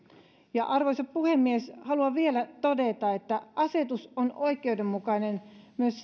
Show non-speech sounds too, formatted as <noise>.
arvoisa puhemies haluan vielä todeta että asetus on oikeudenmukainen myös <unintelligible>